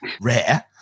rare